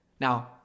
Now